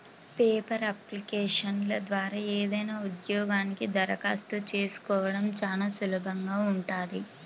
paper అప్లికేషన్ల ద్వారా ఏదైనా ఉద్యోగానికి దరఖాస్తు చేసుకోడం చానా సులభంగా ఉంటది